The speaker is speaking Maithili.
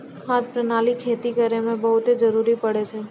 खाद प्रणाली खेती करै म बहुत जरुरी पड़ै छै